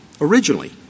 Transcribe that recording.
originally